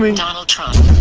um donald trump.